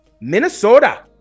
Minnesota